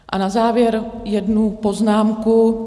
A na závěr jednu poznámku.